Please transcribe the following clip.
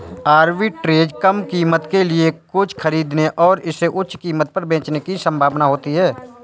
arbitrage कम कीमत के लिए कुछ खरीदने और इसे उच्च कीमत पर बेचने की संभावना होती है